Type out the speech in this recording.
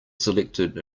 selected